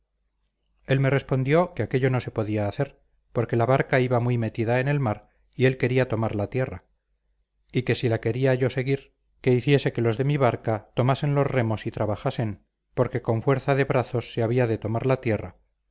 él me respondió que aquello no se podía hacer porque la barca iba muy metida en el mar y él quería tomar la tierra y que si la quería yo seguir que hiciese que los de mi barca tomasen los remos y trabajasen porque con fuerza de brazos se había de tomar la tierra